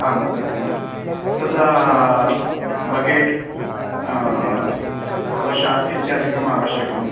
आं सत्यं तथा बकेट् कलशः इत्यादिकम् आवश्यकं